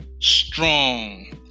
strong